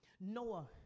Noah